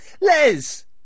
Les